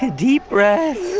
ah deep breath